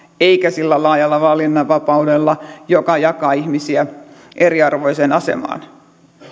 eikä sillä laajalla valinnanvapaudella joka jakaa ihmisiä eriarvoiseen asemaan